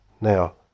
Now